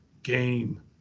game